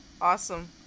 awesome